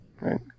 Right